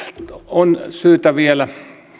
on syytä vielä